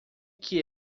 que